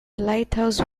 lighthouse